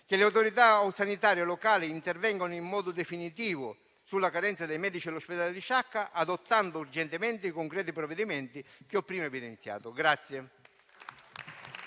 che le autorità sanitarie locali intervengano in modo definitivo sulla carenza dei medici all'ospedale di Sciacca adottando urgentemente i concreti provvedimenti che ho prima evidenziato.